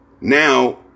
now